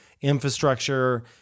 infrastructure